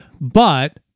But-